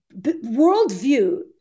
worldview